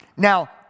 Now